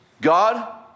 God